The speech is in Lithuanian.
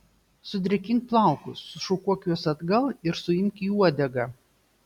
sudrėkink plaukus sušukuok juos atgal ir suimk į uodegą